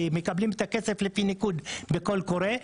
כי מקבלים את הכסף לפי ניקוד בקול קורא,